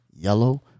yellow